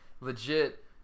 legit